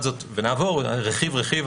נעבור רכיב-רכיב,